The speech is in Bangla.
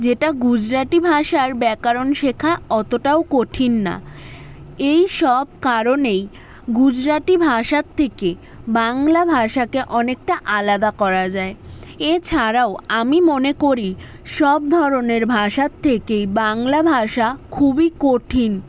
যেটা গুজরাটি ভাষার ব্যাকরণ শেখা অতটাও কঠিন না এইসব কারণেই গুজরাটি ভাষার থেকে বাংলা ভাষাকে অনেকটা আলাদা করা যায় এছাড়াও আমি মনে করি সব ধরনের ভাষার থেকেই বাংলা ভাষা খুবই কঠিন